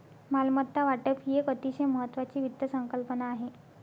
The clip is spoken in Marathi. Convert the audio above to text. मालमत्ता वाटप ही एक अतिशय महत्वाची वित्त संकल्पना आहे